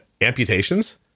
amputations